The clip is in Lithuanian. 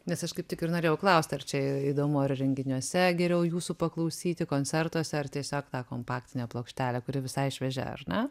nes aš kaip tik ir norėjau klausti ar čia įdomu ar renginiuose geriau jūsų paklausyti koncertuose ar tiesiog tą kompaktinę plokštelę kuri visai šviežia ar ne